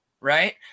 right